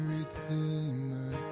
Redeemer